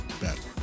better